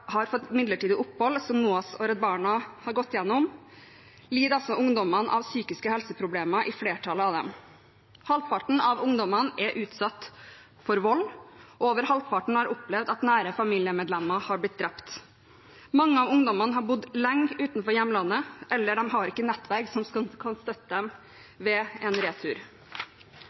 har fått midlertidig opphold som NOAS og Redd Barna har gått gjennom, lider ungdommene av psykiske helseproblemer i flertallet av dem. Halvparten av ungdommene har blitt utsatt for vold. Over halvparten har opplevd at nære familiemedlemmer har blitt drept. Mange av ungdommene har bodd lenge utenfor hjemlandet eller har ikke nettverk som kan støtte dem ved en retur.